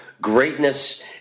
greatness